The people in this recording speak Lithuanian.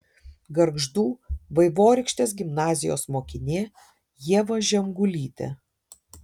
gargždų vaivorykštės gimnazijos mokinė ieva žemgulytė